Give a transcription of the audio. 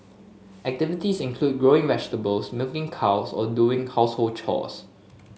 activities include growing vegetables milking cows or doing household chore